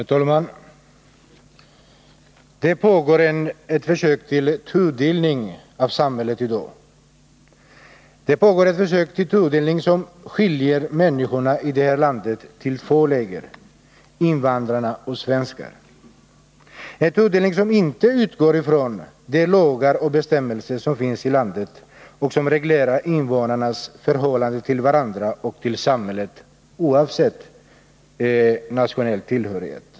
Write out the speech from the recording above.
Herr talman! Det pågår ett försök till tudelning av samhället i dag. Det pågår ett försök till en tudelning som skiljer människorna i det här landet till två läger: invandrare och svenskar. En tudelning som inte utgår från de lagar och bestämmelser som finns i landet och som reglerar invånarnas förhållande till varandra och till samhället, oavsett nationell tillhörighet.